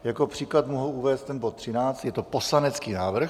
Jako příklad mohu uvést bod 13, je to poslanecký návrh.